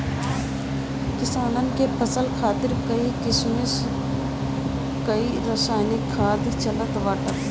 किसानन के फसल खातिर कई किसिम कअ रासायनिक खाद चलत बाटे